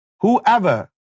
Whoever